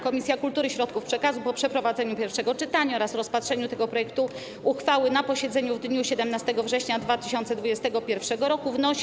Komisja Kultury i Środków Przekazu po przeprowadzeniu pierwszego czytania oraz rozpatrzeniu tego projektu uchwały na posiedzeniu w dniu 17 września 2021 r. wnosi: